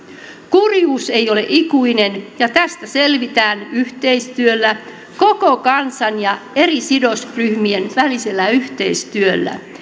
kurjuus ei ole ikuinen ja tästä selvitään yhteistyöllä koko kansan ja eri sidosryhmien välisellä yhteistyöllä